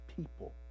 people